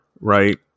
right